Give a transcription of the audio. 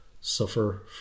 suffer